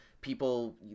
People